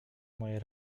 moje